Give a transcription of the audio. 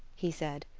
he said,